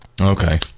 okay